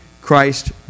Christ